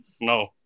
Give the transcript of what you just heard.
No